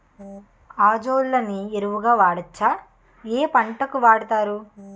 Azolla ని ఎరువు గా వాడొచ్చా? ఏ పంటలకు వాడతారు?